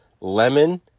lemon